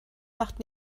macht